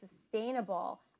sustainable